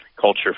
culture